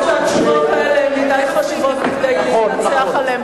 אני חושבת שהתשובות האלה מדי חשובות כדי להתנצח עליהן.